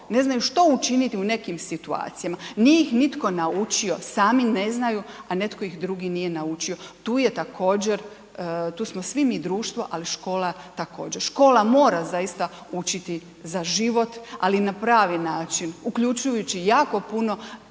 ne znaju što učiniti u nekim situacijama, nije ih nitko naučio, sami ne znaju a netko ih drugi nije naučio. Tu je također, tu smo svi mi društvo, ali škola također. Škole mora zaista učiti za život, ali na pravi način uključujući jako puno